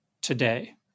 today